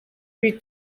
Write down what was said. ibiri